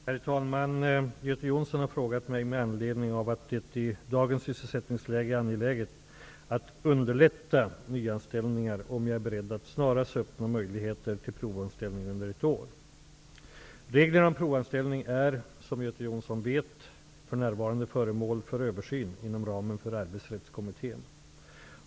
Herr talman! Göte Jonsson har frågat mig, med anledning av att det i dagens sysselsättningsläge är angeläget att underlätta nyanställningar, om jag är beredd att snarast öppna möjligheter till provanställning under ett år. Reglerna om provanställning är, som Göte Jonsson vet, för närvarande föremål för översyn inom ramen för Arbetsrättskommittén.